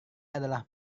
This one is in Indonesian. adalah